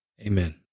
Amen